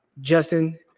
Justin